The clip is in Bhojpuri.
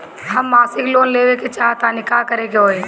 हम मासिक लोन लेवे के चाह तानि का करे के होई?